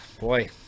boy